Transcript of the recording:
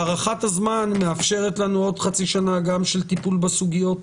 הארכת הזמן מאפשרת לנו עוד חצי שנה של טיפול בסוגיות